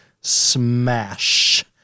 smash